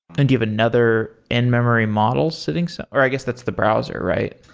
and you have another in-memory model sittings or i guess that's the browser, right?